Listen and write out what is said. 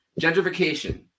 gentrification